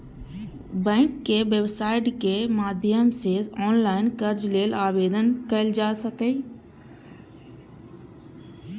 बैंकक वेबसाइट केर माध्यम सं ऑनलाइन कर्ज लेल आवेदन कैल जा सकैए